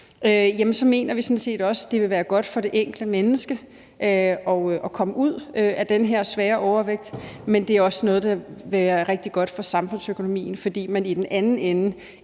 så mener vi sådan set også, det vil være godt for det enkelte menneske at komme ud af den her svære overvægt. Men det er også noget, der vil være rigtig godt for samfundsøkonomien, fordi man i den anden ende